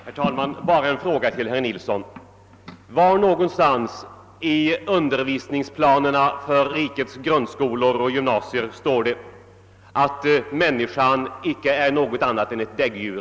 Herr talman! Bara en fråga till herr Nilsson i Agnäs: Var i undervisningsplanerna för rikets grundskolor och gymnasier står det att människan icke är något annat än ett däggdjur?